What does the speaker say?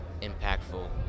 impactful